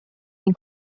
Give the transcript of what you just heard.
den